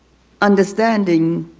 understanding